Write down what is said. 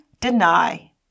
deny